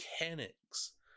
mechanics